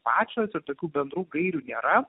pačios ir tokių bendrų gairių nėra